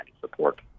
support